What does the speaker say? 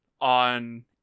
on